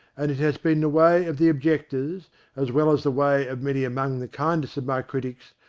and it has been the way of the objectors as well as the way of many among the kindest of my critics,